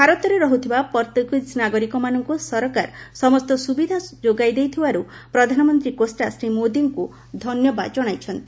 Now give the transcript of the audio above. ଭାରତରେ ରହୁଥିବା ପର୍ତ୍ତୁଗୀଜ ନାଗରିକମାନଙ୍କୁ ସରକାର ସମସ୍ତ ସୁବିଧା ଯୋଗାଇ ଦେଉଥିବାରୁ ପ୍ରଧାନମନ୍ତ୍ରୀ କୋଷ୍ଟା ଶ୍ରୀ ମୋଦୀଙ୍କୁ ଧନ୍ୟବାଦ ଜଣାଇଛନ୍ତି